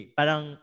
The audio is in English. parang